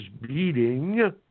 beating